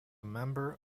member